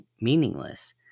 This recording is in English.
meaningless